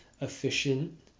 efficient